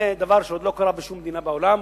זה דבר שעוד לא קרה בשום מדינה בעולם,